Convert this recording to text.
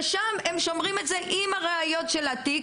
ושם הם שומרים את זה עם הראיות של התיק.